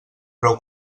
prou